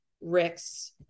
Ricks